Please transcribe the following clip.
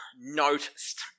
noticed